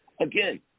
again